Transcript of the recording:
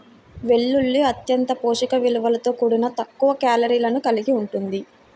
వెల్లుల్లి అత్యంత పోషక విలువలతో కూడి తక్కువ కేలరీలను కలిగి ఉంటుంది